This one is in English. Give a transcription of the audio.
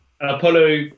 Apollo